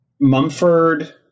Mumford